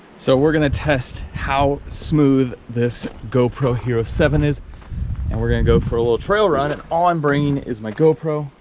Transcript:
so we're gonna test how smooth this gopro hero seven is and we're gonna go for a little trail ride and all i'm bringing is my gopro,